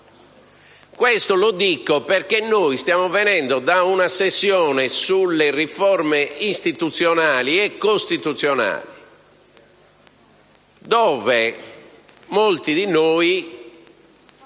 Questo lo dico perché stiamo venendo da una sessione sulle riforme istituzionali e costituzionali durante la quale